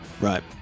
right